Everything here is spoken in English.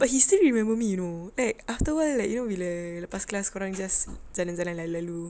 but he still remember me you know like after awhile you know bila lepas kelas korang just jalan-jalan lalu